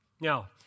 Now